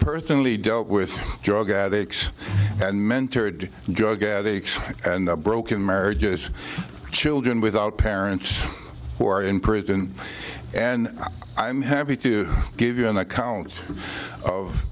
personally don't with drug addicts and mentored drug addicts and broken marriages children without parents who are in prison and i'm happy to give you an account of